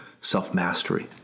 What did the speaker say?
self-mastery